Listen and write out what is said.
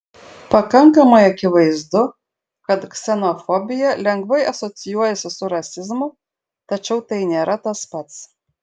pakankamai akivaizdu kad ksenofobija lengvai asocijuojasi su rasizmu tačiau tai nėra tas pats